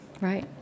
right